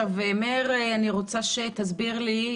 מאיר, אני רוצה שתסביר לי.